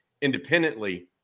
independently